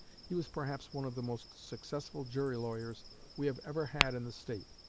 he was perhaps one of the most successful jury lawyers we have ever had in the state.